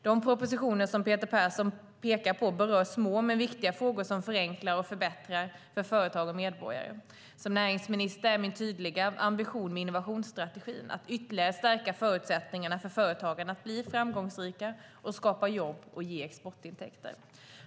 De propositioner som Peter Persson pekar på berör små men viktiga frågor som förenklar och förbättrar för företag och medborgare. Som näringsminister är min tydliga ambition med innovationsstrategin att ytterligare stärka förutsättningarna för företagen att bli framgångsrika och skapa jobb och ge exportintäkter.